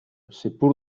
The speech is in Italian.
seppur